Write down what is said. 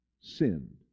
sinned